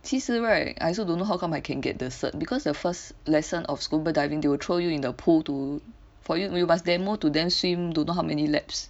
其实 right I also don't know how come I can get the cert because the first lesson of scuba diving they will throw you in the pool to for you you must demo to them swim don't know how many laps